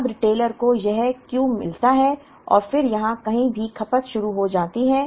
अब रिटेलर को यह Q मिलता है और फिर यहां कहीं भी खपत शुरू हो जाती है